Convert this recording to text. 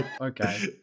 okay